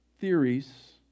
theories